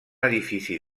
edifici